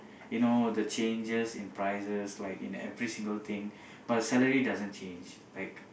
you know the changes in prices like in every single thing but salary doesn't change like